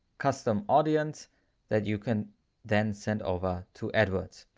custom audience that you can then send over to adwords.